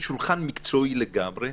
שולחן מקצועי לגמרי,